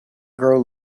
grow